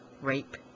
rape